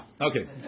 Okay